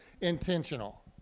intentional